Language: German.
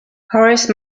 horace